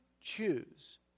choose